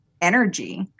energy